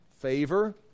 Favor